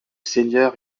seigneur